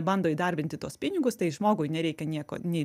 bando įdarbinti tuos pinigus tai žmogui nereikia nieko nei